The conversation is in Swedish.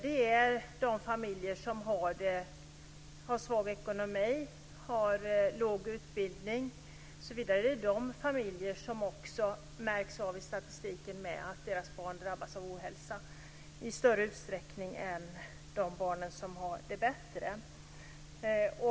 Det är de familjer som har svag ekonomi, låg utbildning osv. som märks i statistiken eftersom deras barn drabbas av ohälsa i större utsträckning än de barn som har det bättre.